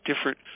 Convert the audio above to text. different